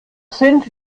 sind